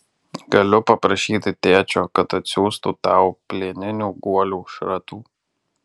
galiu paprašyti tėčio kad atsiųstų tau plieninių guolių šratų